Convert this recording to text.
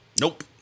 nope